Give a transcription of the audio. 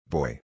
Boy